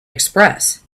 express